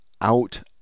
out